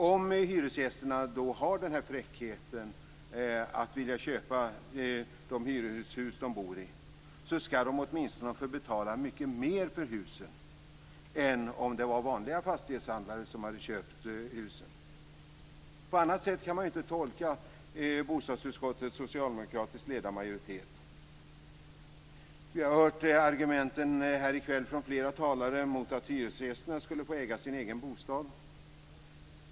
Om hyresgästerna har denna fräckhet att vilja köpa de hyreshus de bor i skall de åtminstone få betala mycket mer för husen än om vanliga fastighetshandlare hade köpt dem - på annat sätt kan man inte tolka bostadsutskottets socialdemokratiskt ledda majoritet. Vi har i kväll hört argumenten från flera talare mot att hyresgästerna skulle få äga sin egen bostad.